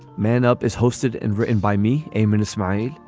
man up is hosted and written by me a minute smile.